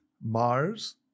Mars